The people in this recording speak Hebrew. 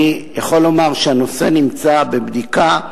אני יכול לומר שהנושא נמצא בבדיקה.